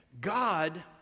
God